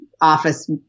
office